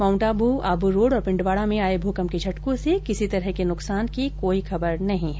Mount Abu Abu road और पिंडवाडा में आये भूकंप के झटकों से किसी तरह के नुकसान की कोई खबर नहीं है